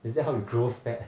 is that how you grow fat